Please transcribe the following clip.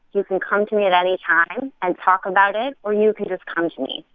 you can come to me at any time and talk about it. or you can just come to me,